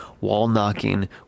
wall-knocking